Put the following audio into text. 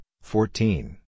fourteen